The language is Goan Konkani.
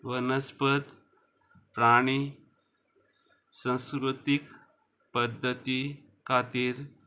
वनस्पद प्राणी संस्कृतीक पद्दती खातीर